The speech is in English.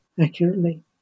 accurately